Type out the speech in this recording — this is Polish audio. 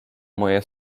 moje